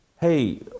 hey